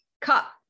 cup